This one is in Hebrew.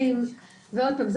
מורכבים ועוד פעם,